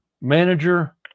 manager